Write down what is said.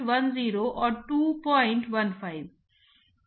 तो याद रखें कि एक तरल पदार्थ है जो इस वस्तु के ऊपर से बह रहा है